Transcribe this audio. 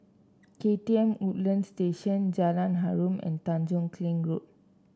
K T M Woodlands Station Jalan Harum and Tanjong Kling Road